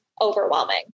overwhelming